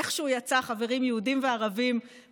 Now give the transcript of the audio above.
איכשהו יצא חברים יהודים וערבים,